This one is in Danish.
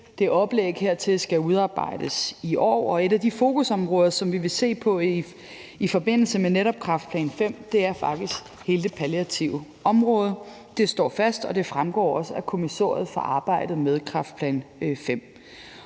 V. Oplægget hertil skal udarbejdes i år, og et af de fokusområder, som vi vil se på i forbindelse med netop kræftplan V, er faktisk hele det palliative område. Det står fast, og det fremgår også af kommissoriet for arbejdet med kræftplan V.